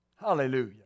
Hallelujah